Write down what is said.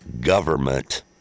government